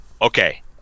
okay